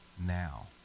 now